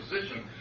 position